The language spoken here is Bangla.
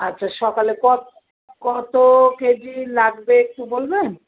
আচ্ছা সকালে কত কেজি লাগবে একটু বলবেন